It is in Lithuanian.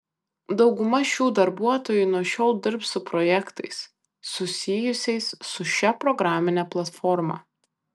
dauguma šių darbuotojų nuo šiol dirbs su projektais susijusiais su šia programine platforma